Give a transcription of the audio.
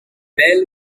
bell